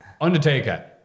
Undertaker